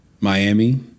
Miami